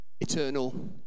Eternal